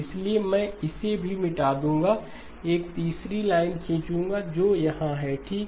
इसलिए मैं इसे भी मिटा दूंगा एक तीसरी लाइन खींचूंगा जो यहां है ठीक